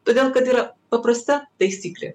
todėl kad yra paprasta taisyklė